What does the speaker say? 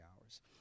hours